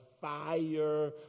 fire